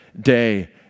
day